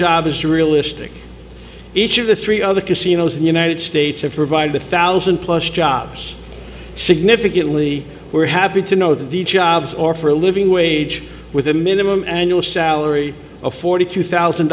jobs surrealistic each of the three other casinos in the united states have provided a thousand plus jobs significantly we're happy to know the jobs or for a living wage with a minimum annual salary of forty two thousand